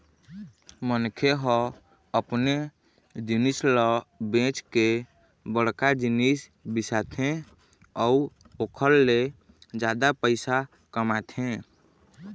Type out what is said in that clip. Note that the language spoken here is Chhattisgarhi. मनखे ह अपने जिनिस ल बेंच के बड़का जिनिस बिसाथे अउ ओखर ले जादा पइसा कमाथे